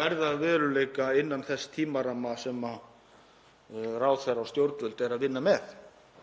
verði að veruleika innan þess tímaramma sem ráðherra og stjórnvöld eru að vinna með.